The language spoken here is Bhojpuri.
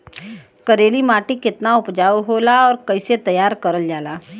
करेली माटी कितना उपजाऊ होला और कैसे तैयार करल जाला?